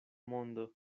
mondo